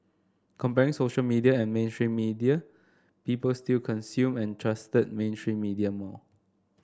comparing social media and mainstream media people still consumed and trusted mainstream media more